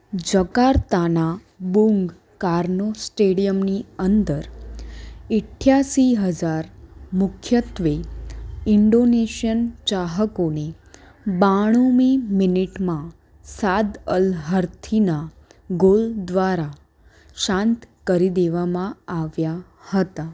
જકાર્તાનાં Bung Karno સ્ટેડિયમની અંદર ઈઠ્ઠાસી હજાર મુખ્યત્ત્વે ઇન્ડોનેશિયન ચાહકોને બાણુમી મિનીટમાં સાદ અલ્હર્થીના ગોલ દ્વારા શાંત કરી દેવામાં આવ્યા હતા